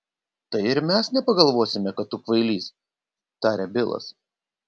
tai ir mes nepagalvosime kad tu kvailys tarė bilas